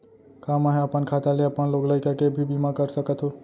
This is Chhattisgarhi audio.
का मैं ह अपन खाता ले अपन लोग लइका के भी बीमा कर सकत हो